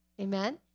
Amen